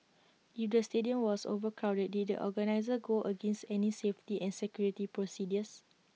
if the stadium was overcrowded did the organisers go against any safety and security procedures